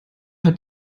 hat